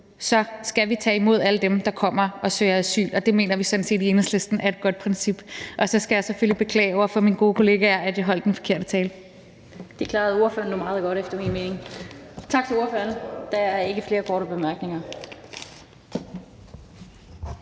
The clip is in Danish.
skal vi tage imod alle dem, der kommer og søger asyl. Det mener vi sådan set i Enhedslisten er et godt princip. Og så skal jeg selvfølgelig beklage over for mine gode kollegaer, at jeg holdt den forkerte tale. Kl. 15:19 Den fg. formand (Annette Lind): Det klarede ordføreren nu meget godt efter min mening. Tak til ordføreren; der er ikke flere korte bemærkninger.